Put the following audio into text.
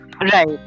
Right